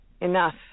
enough